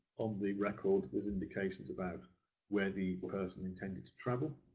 on the record there's indications about where the person intended to travel,